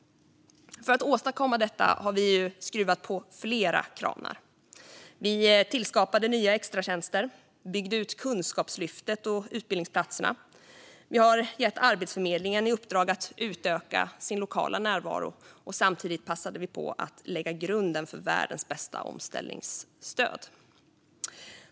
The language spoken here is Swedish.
För att åstadkomma detta har vi skruvat på flera kranar. Vi skapade nya extratjänster, vi byggde ut Kunskapslyftet och utbildningsplatserna och vi har gett Arbetsförmedlingen i uppdrag att utöka sin lokala närvaro. Samtidigt passade vi på att lägga grunden för världens bästa omställningsstöd.